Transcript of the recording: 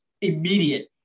immediate